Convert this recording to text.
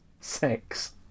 sex